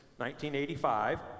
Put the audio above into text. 1985